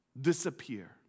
disappear